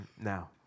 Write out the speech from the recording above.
now